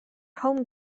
home